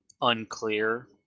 unclear